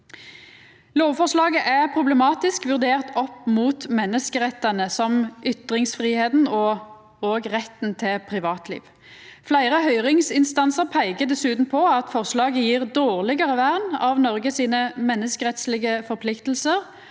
Lovforslaget er problematisk vurdert opp mot menneskerettane, som ytringsfridomen og òg retten til privatliv. Fleire høyringsinstansar peiker dessutan på at forslaget gjev dårlegare vern av Noreg sine menneskerettslege forpliktingar